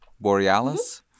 Borealis